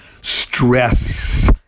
Stress